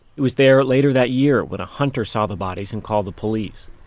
it was there later that year when a hunter saw the bodies and called the police.